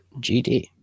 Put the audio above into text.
GD